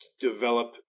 develop